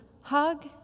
hug